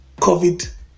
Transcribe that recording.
COVID